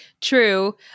True